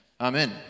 Amen